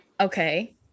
okay